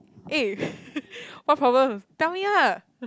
eh what problem tell me ah